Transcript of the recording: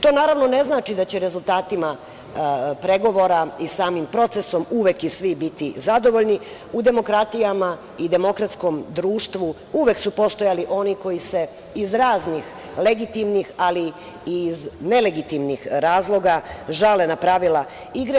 To naravno ne znači da će rezultatima pregovora i samim procesom uvek i svi biti zadovoljni, u demokratijama i demokratskom društvu uvek su postojali oni koji se iz raznih legitimnih, ali i iz nelegitimnih razloga žale na pravila igre.